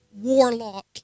warlock